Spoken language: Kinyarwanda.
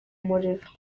muriro